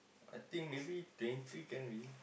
I think maybe twenty three can already